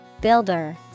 Builder